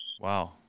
wow